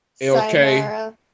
LK